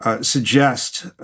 Suggest